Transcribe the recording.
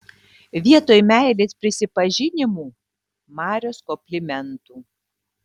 vietoj meilės prisipažinimų marios komplimentų